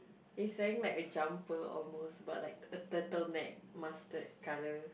he's wearing like a jumper almost but like a turtleneck mustard colour